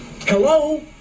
Hello